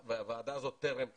והוועדה הזאת טרם קמה.